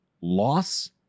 loss